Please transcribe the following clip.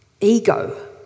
ego